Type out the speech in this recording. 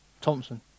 Thompson